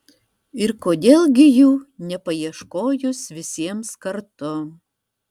ir kodėl gi jų nepaieškojus visiems kartu